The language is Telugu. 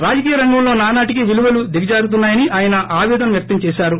రాజకీయ రంగంలో నానాటికీ విలువలు దిగజారుతున్నాయని ఆయన ఆపేదన వ్యక్తం చేశారు